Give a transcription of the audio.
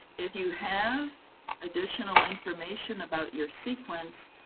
if you have additional information about your sequence,